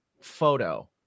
photo